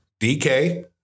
DK